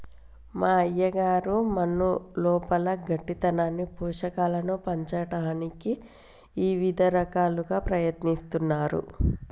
మా అయ్యగారు మన్నులోపల గట్టితనాన్ని పోషకాలను పంచటానికి ఇవిద రకాలుగా ప్రయత్నిస్తున్నారు